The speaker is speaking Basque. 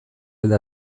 alde